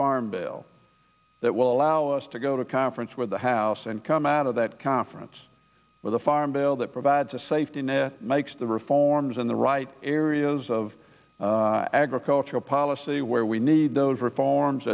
farm bill that will allow us to go to conference with the house and come out of that conference with a farm bill that provides a safety net makes the reforms in the right areas of agricultural policy where we need those reforms